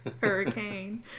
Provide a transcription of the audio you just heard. Hurricane